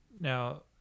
Now